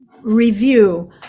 review